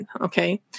okay